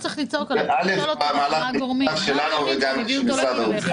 ראשית, זה מהלך משותף שלנו ושל משרד האוצר.